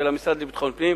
של המשרד לביטחון פנים,